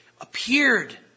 appeared